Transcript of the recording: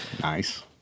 Nice